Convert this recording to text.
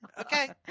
Okay